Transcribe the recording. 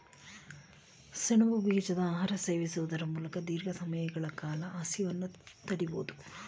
ಸೆಣಬು ಬೀಜದ ಆಹಾರ ಸೇವಿಸುವುದರ ಮೂಲಕ ದೀರ್ಘ ಸಮಯಗಳ ಕಾಲ ಹಸಿವನ್ನು ತಡಿಬೋದು